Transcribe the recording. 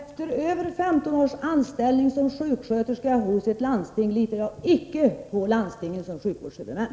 Fru talman! Efter över 15 års anställning som sjuksköterska hos ett landsting litar jag icke på landstingen som sjukvårdshuvudmän.